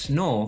no